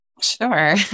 Sure